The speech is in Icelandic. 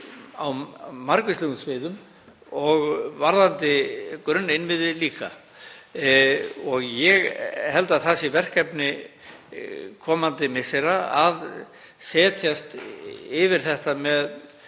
á margvíslegum sviðum og varðandi grunninnviði líka. Ég held að verkefni komandi missera sé að setjast yfir þetta með